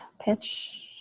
pitch